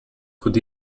could